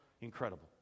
incredible